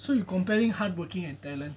so you comparing hardworking and talent